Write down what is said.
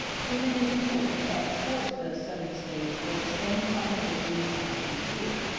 whom it is important to export to those southern states where the same competition is not to be feared.